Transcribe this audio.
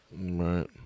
Right